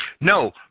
No